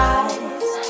eyes